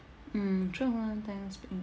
mm